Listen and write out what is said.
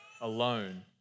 Alone